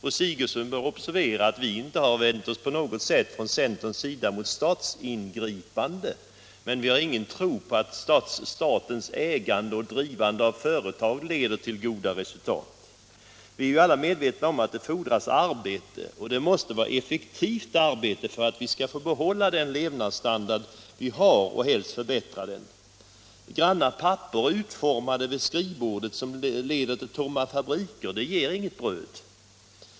Fru Sigurdsen bör observera att vi från centerpartiets sida inte på något sätt har vänt oss mot statsingripande. Men vi har ingen tro på att statens ägande och drivande av företag leder till goda resultat. Vi är ju alla medvetna om att det fordras arbete — och effektivt arbete — för att vi skall få behålla den levnadsstandard vi har, och helst förbättra den. Granna papper, utformade vid skrivbordet, som leder till tomma fabriker ger inget bröd.